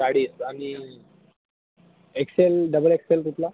चाळीस आणि XL double XL कुठला